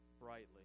brightly